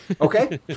Okay